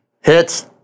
Hits